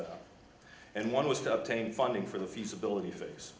the and one was to obtain funding for the feasibility f